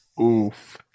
Oof